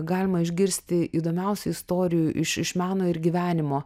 galima išgirsti įdomiausių istorijų iš iš meno ir gyvenimo